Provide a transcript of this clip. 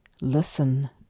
listen